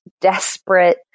desperate